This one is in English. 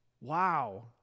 wow